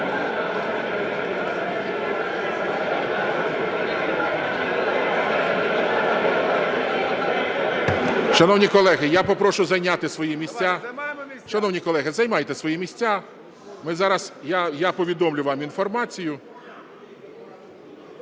Шановні колеги, я попрошу зайняти свої місця. Шановні колеги, займайте свої місця, я повідомлю вам інформацію.